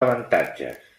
avantatges